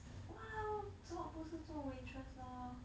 !wow! 做不是做 waitress lor